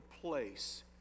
place